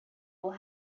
will